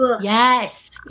Yes